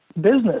business